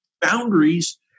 boundaries